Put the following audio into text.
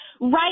right